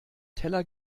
teller